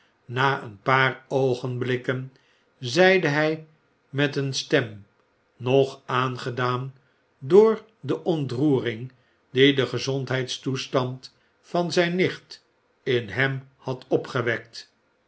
na een paar oogenblikken zeide hij met een stem nog aangedaan door de ontroering die de gezondneidstoestand van zijn nicht in hem had opgewekt